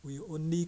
we only